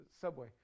Subway